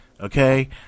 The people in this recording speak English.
okay